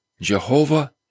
Jehovah